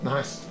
Nice